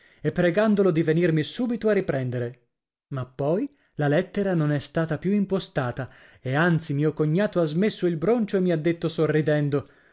e pregandolo di venirmi subito a riprendere ma poi la lettera non è stata più impostata e anzi mio cognato ha smesso il broncio e mi ha detto sorridendo